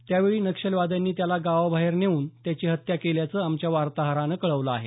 त्यावेळी नक्षलवाद्यांनी त्याला गावाबाहेर नेऊन त्याची हत्या केल्याचं आमच्या वार्ताहरानं कळवलं आहे